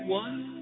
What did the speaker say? one